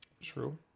True